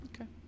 Okay